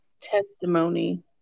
testimony